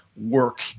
work